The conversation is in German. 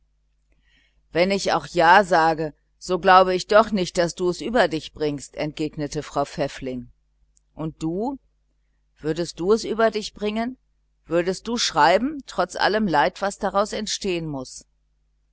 wenn ich auch ja sagte so glaube ich doch nicht daß du es über dich bringst entgegnete frau pfäffling und du würdest du es über dich bringen würdest du schreiben trotz all dem leid was daraus entstehen muß